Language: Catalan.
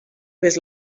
vés